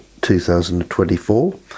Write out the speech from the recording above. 2024